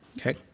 Okay